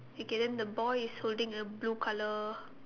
okay then the boy is holding a blue colour